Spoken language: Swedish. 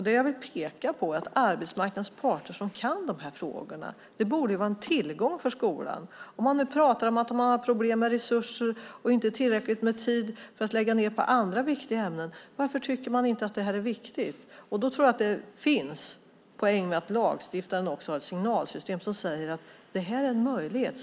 Det jag vill peka på är att arbetsmarknadens parter, som kan de här frågorna, borde vara en tillgång för skolan. Om man nu pratar om att man har problem med resurser och inte tillräckligt med tid att lägga ned på andra viktiga ämnen, varför tycker man inte att det här är viktigt? Då tror jag att det finns en poäng med att lagstiftaren också har ett signalsystem som säger: Det här är en möjlighet!